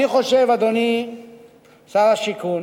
אני חושב, אדוני שר השיכון,